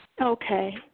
Okay